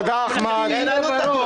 תודה, אחמד.